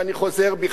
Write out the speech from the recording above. ואני חוזר בי,